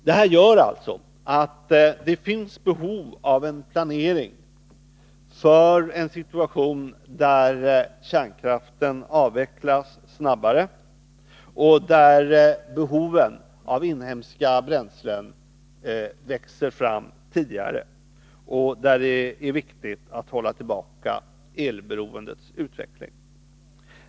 Detta gör att det finns behov av planering för en situation där kärnkraften avvecklas snabbare, där behovet av inhemska bränslen växer fram tidigare och där det är viktigt att hålla tillbaka utvecklingen av elberoendet.